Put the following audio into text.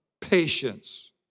Patience